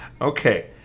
Okay